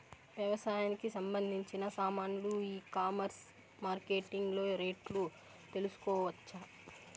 వ్యవసాయానికి సంబంధించిన సామాన్లు ఈ కామర్స్ మార్కెటింగ్ లో రేట్లు తెలుసుకోవచ్చా?